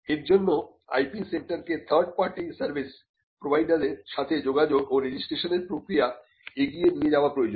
এর জন্য IP centre কে third party third party service প্রোভাইডারের সাথে যোগাযোগ ও রেজিস্ট্রেশনের প্রক্রিয়া এগিয়ে নিয়ে যাওয়া প্রয়োজন